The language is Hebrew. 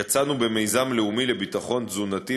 יצאנו במיזם לאומי לביטחון תזונתי,